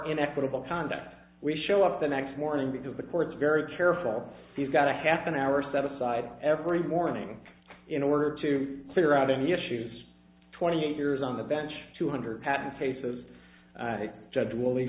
inequitable conduct we show up the next morning because the court's very careful he's got a half an hour set aside every morning in order to figure out any issues twenty eight years on the bench two hundred patents cases a judge will